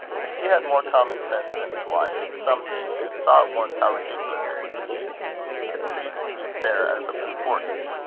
but he had more common-sense than his wife in some things, and saw at once how ridiculous it would be to treat the affair as of importance.